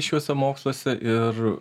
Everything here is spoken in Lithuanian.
šiuose moksluose ir